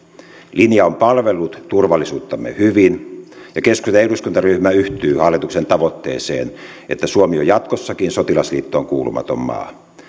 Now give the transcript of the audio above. linja on palvellut turvallisuuttamme hyvin ja keskustan eduskuntaryhmä yhtyy hallituksen tavoitteeseen että suomi on jatkossakin sotilasliittoon kuulumaton maa